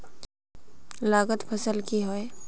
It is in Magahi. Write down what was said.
लागत फसल की होय?